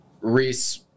Reese